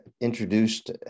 introduced